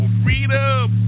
freedom